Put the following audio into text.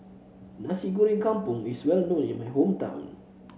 Nasi Goreng Kampung is well known in my hometown